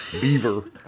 Beaver